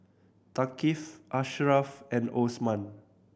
Thaqif Ashraff and Osman